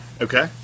Okay